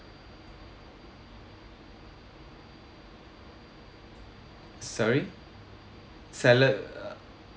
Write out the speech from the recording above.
sorry salad uh